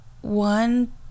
one